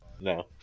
No